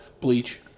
Bleach